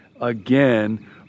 again